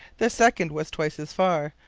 the second was twice as far,